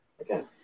Again